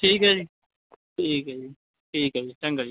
ਠੀਕ ਹੈ ਜੀ ਠੀਕ ਹੈ ਜੀ ਠੀਕ ਹੈ ਜੀ ਚੰਗਾ ਜੀ